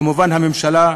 כמובן הממשלה,